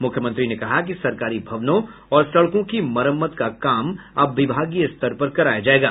मुख्यमंत्री ने कहा कि सरकारी भवनों और सड़कों की मरम्मत का काम अब विभागीय स्तर पर कराया जायेगा